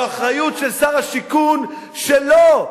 זו אחריות של שר השיכון שלו,